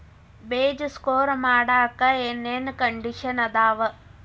ಬೇಜ ಸ್ಟೋರ್ ಮಾಡಾಕ್ ಏನೇನ್ ಕಂಡಿಷನ್ ಅದಾವ?